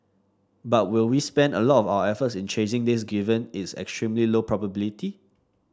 but will we spend a lot of our efforts in chasing this given its extremely low probability